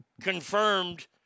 confirmed